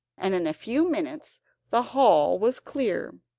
and in a few minutes the hall was clear.